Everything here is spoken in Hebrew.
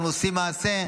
אנחנו עושים מעשה,